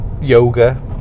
yoga